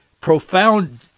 profound